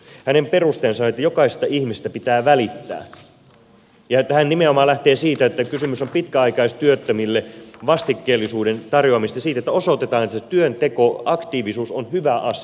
hänen perusteensa on että jokaisesta ihmisestä pitää välittää ja hän nimenomaan lähtee siitä että kysymys on pitkäaikaistyöttömille vastikkeellisuuden tarjoamisesta siitä että osoitetaan että se työnteko aktiivisuus on hyvä asia